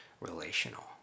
relational